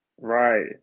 right